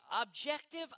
objective